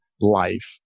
life